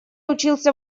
учился